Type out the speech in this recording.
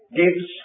gives